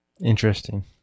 Interesting